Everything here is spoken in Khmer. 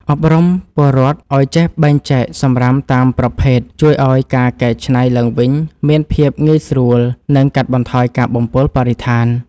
អប់រំពលរដ្ឋឱ្យចេះបែងចែកសំរាមតាមប្រភេទជួយឱ្យការកែច្នៃឡើងវិញមានភាពងាយស្រួល និង កាត់បន្ថយការបំពុលបរិស្ថាន។